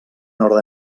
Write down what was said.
nord